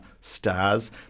stars